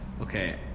okay